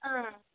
हां